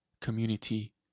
community